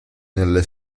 nelle